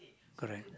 correct